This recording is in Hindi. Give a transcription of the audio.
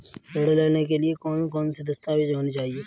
ऋण लेने के लिए कौन कौन से दस्तावेज होने चाहिए?